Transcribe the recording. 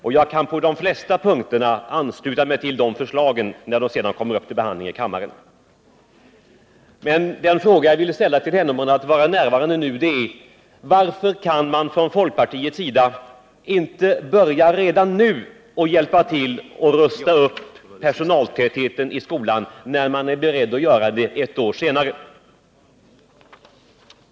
Och jag kan på de flesta punkter ansluta mig till det förslaget, när det sedan kommer upp till behandling i kammaren. Men den fråga jag hade velat ställa till skolministern om hon varit närvarande är: Varför kan man från folkpartiets sida inte börja redan nu och hjälpa till med en förbättring av personaltätheten i skolan, när man är beredd att göra det ett år senare?